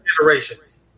generations